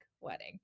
wedding